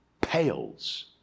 pales